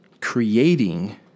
creating